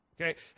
Okay